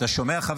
אתה שומע,